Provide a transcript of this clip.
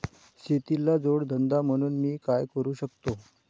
शेतीला जोड धंदा म्हणून मी काय करु शकतो?